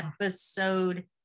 episode